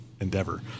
endeavor